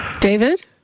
david